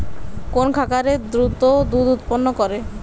কোন খাকারে দ্রুত দুধ উৎপন্ন করে?